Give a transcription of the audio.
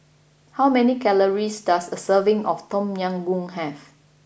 how many calories does a serving of Tom Yam Goong have